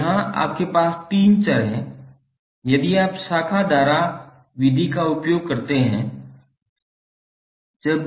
तो यहाँ आपके पास 3 चर हैं यदि आप शाखा धारा विधि का उपयोग करते हैं